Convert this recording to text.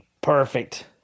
perfect